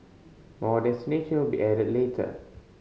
more destination will be added later